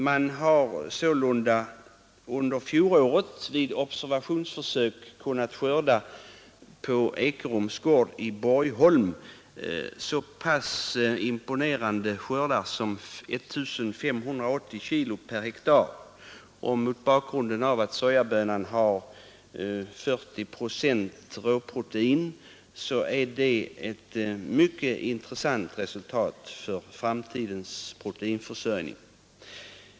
Man har sålunda under fjolåret vid observationsförsök kunnat skörda på Ekerums gård i Borgholm så pass imponerande skördar som 1 580 kg per hektar. Mot bakgrunden av att sojabönan har 40 procent råprotein är det ett mycket intressant resultat med tanke på framtidens proteinförsörjning.